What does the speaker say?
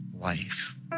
life